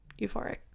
euphoric